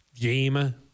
game